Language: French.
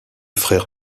frère